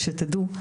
שתדעו,